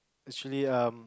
actually um